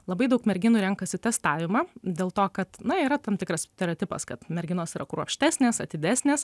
labai daug merginų renkasi testavimą dėl to kad na yra tam tikras stereotipas kad merginos yra kruopštesnės atidesnės